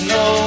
no